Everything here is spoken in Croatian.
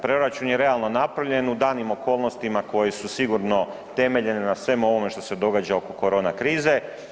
Proračun je realno napravljen u danim okolnostima koje su sigurno temeljene na svemu ovome što se događa oko korona krize.